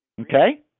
Okay